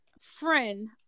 friend